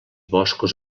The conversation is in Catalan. boscos